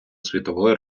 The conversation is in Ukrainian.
світової